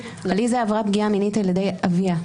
עליזה עברה פגיעה מינית על ידי אביה,